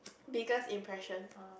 biggest impression